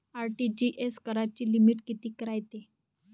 RTGS कराची limit कितीक रायते?